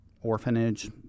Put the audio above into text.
orphanage